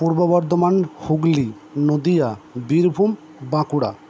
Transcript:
Purba Bardhaman Hooghly Nadia Birbhum Bankura